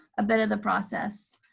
a bit of a process.